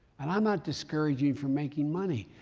and i'm not discouraging you from making money.